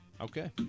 Okay